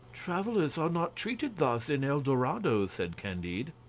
travellers are not treated thus in el dorado, said candide.